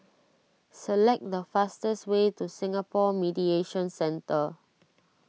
select the fastest way to Singapore Mediation Centre